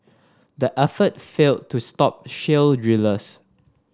the effort failed to stop shale drillers